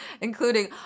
including